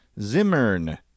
Zimmern